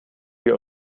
wir